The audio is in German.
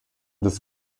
des